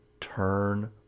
turn